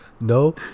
No